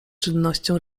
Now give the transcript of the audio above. czynnością